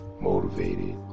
motivated